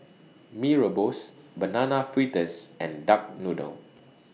Mee Rebus Banana Fritters and Duck Noodle